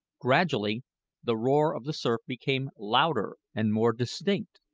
gradually the roar of the surf became louder and more distinct.